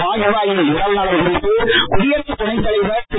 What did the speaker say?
வாத்பாயின் உடல்நலம் குறித்து குடியரசுத் துணைத் தலைவர் திரு